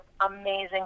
amazing